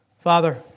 Father